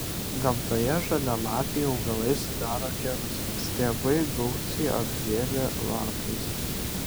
gamtoje žalialapiai augalai sudaro kerus stiebai gausiai apžėlę lapais